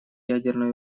ядерной